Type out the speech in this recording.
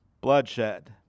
Bloodshed